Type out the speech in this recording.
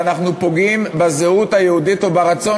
ואנחנו פוגעים בזהות היהודית וברצון